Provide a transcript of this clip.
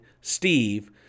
Steve